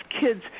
kids